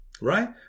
right